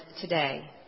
today